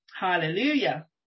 Hallelujah